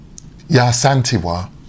Yasantiwa